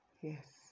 Yes